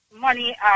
Money